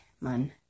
man